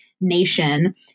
nation